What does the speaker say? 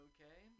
Okay